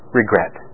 regret